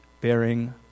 bearing